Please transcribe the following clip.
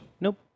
Nope